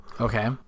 Okay